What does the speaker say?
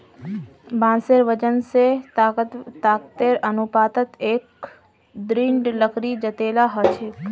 बांसेर वजन स ताकतेर अनुपातत एक दृढ़ लकड़ी जतेला ह छेक